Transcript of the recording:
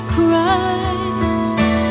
Christ